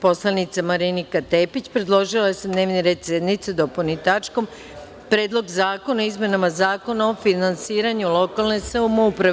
Poslanica Marinika Tepić predložila je da se dnevni red sednice dopuni tačkom – Predlog zakona o izmenama Zakona o finansiranju lokalne samouprave.